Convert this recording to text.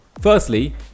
firstly